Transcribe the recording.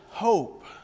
Hope